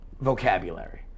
vocabulary